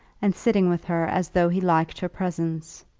and sitting with her as though he liked her presence.